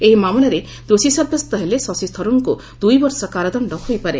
ଏହି ମାମଲାରେ ଦୋଷୀ ସାବ୍ୟସ୍ତ ହେଲେ ଶଶୀ ଥରୁରଙ୍କୁ ଦୁଇବର୍ଷ କାରାଦଣ୍ଡ ହୋଇପାରେ